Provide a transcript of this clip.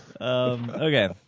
Okay